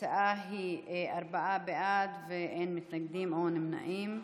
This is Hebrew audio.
התוצאה היא ארבעה בעד, ואין מתנגדים או נמנעים.